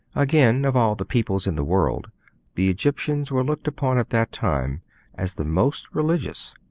again, of all the peoples in the world the egyptians were looked upon at that time as the most religious.